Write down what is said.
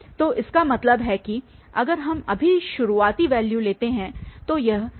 तो इसका मतलब है कि अगर हम अभी शुरुआती वैल्यू लेते हैं तो यह xk111T है